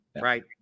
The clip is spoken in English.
right